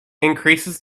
increases